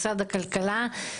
משרד הכלכלה.